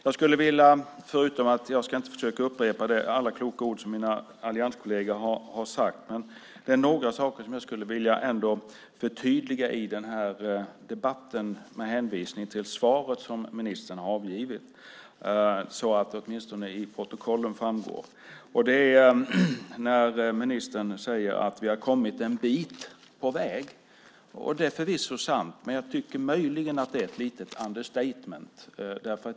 Jag ska försöka att inte upprepa alla kloka ord som mina allianskolleger har sagt, men det är några saker som jag skulle vilja förtydliga i debatten med hänvisning till svaret som ministern avgivit så att det åtminstone framgår i protokollet. När ministern säger att vi har kommit en bit på väg är det förvisso sant, men jag tycker möjligen att det är ett litet understatement.